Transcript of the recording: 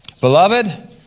Beloved